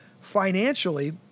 financially